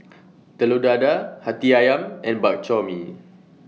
Telur Dadah Hati Ayam and Bak Chor Mee